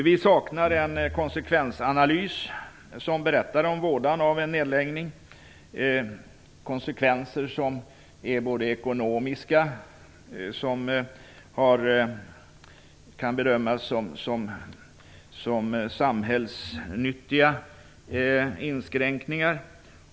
Vi saknar en konsekvensanalys som berättar om vådan av en nedläggning - konsekvenser som är både ekonomiska och som kan bedömas som samhällsnyttiga inskränkningar.